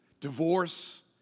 divorce